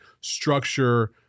structure